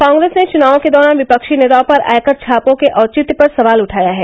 कांग्रेस ने चुनावों के दौरान विपक्षी नेताओं पर आयकर छापों के औचित्य पर सवाल उठाया है